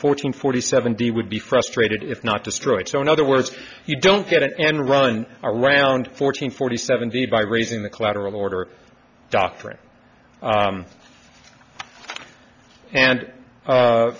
fourteen forty seven d would be frustrated if not destroyed so in other words you don't get it and run around fourteen forty seventy by raising the collateral order doctoring and